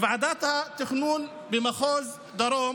בוועדת התכנון במחוז דרום,